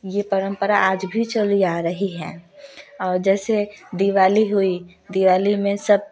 ये परम्परा आज भी चली आ रही हैं और जैसे दिवाली हुई दिवाली में सब